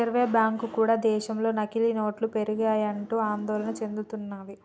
reserve bank కూడా దేశంలో నకిలీ నోట్లు పెరిగిపోయాయంటూ ఆందోళన చెందుతున్నది